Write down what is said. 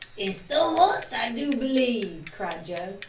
it's the horse, i do b'lieve! cried joe.